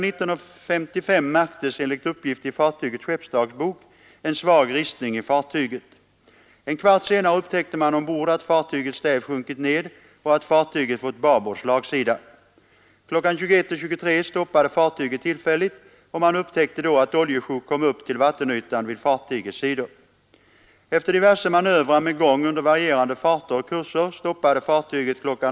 19.55 märktes, enligt uppgift i fartygets skeppsdagbok, en svag ristning i fartyget. En kvart senare upptäckte man ombord att fartygets stäv sjunkit ned och att fartyget fått babords slagsida. Kl. 21.23 stoppade fartyget tillfälligt, och man upptäckte då att oljesjok kom upp till vattenytan vid fartygets sidor. Efter diverse manövrar med gång under varierande farter och kurser stoppade fartyget kl.